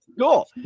Cool